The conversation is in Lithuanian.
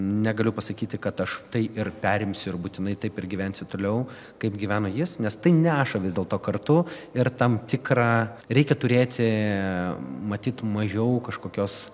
negaliu pasakyti kad aš tai ir perimsiu ir būtinai taip ir gyvensiu toliau kaip gyveno jis nes tai neša vis dėlto kartu ir tam tikrą reikia turėti matyt mažiau kažkokios